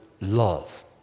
love